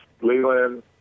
Leland